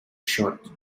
short